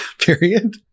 period